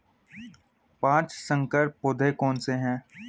पाँच संकर पौधे कौन से हैं?